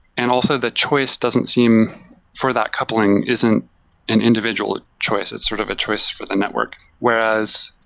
and also, the choice doesn't seem for that coupling, isn't an individual choice. it's sort of a choice for the network. whereas,